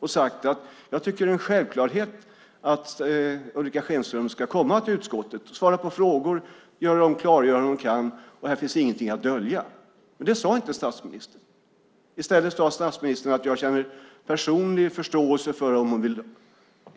Han borde ha sagt: Det är en självklarhet att Ulrica Schenström ska komma till utskottet och svara på frågor och göra de klargöranden hon kan, och här finns ingenting att dölja. Men det sade inte statsministern. I stället sade statsministern: Jag känner personlig förståelse för om hon vill